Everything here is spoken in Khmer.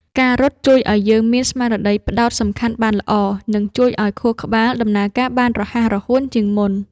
ការរត់ជួយឱ្យយើងមានស្មារតីផ្ដោតអារម្មណ៍បានល្អ និងជួយឱ្យខួរក្បាលដំណើរការបានរហ័សរហួនជាងមុន។